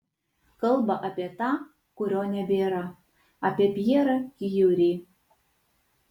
kalba apie tą kurio nebėra apie pjerą kiuri